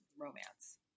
romance